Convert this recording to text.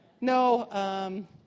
No